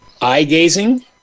eye-gazing